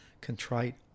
contrite